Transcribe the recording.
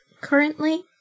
currently